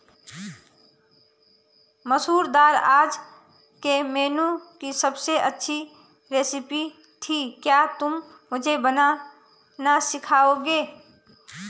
मसूर दाल आज के मेनू की अबसे अच्छी रेसिपी थी क्या तुम मुझे बनाना सिखाओंगे?